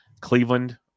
Cleveland